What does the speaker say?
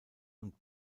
und